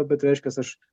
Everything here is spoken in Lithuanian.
bet reiškias aš